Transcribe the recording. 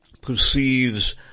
perceives